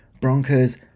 Broncos